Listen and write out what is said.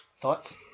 Thoughts